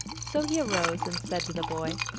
so he arose, and said to the boy,